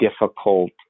difficult